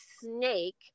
snake